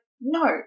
no